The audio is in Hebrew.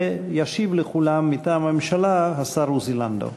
ישיב לכולם מטעם הממשלה השר עוזי לנדאו.